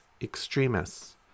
extremists